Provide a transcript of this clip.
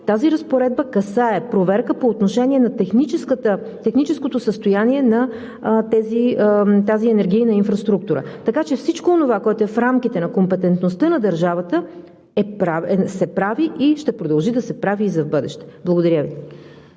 Тази разпоредба касае проверка по отношение техническото състояние на тази енергийна инфраструктура. Така че всичко онова, което е в рамките на компетентността на държавата, се прави и ще продължи да се прави и в бъдеще. Благодаря Ви.